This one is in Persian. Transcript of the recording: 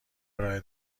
ارائه